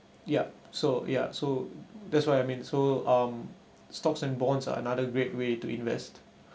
yup so ya so that's what I mean so um stocks and bonds are another great way to invest